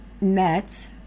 met